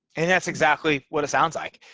and that's exactly what it sounds like.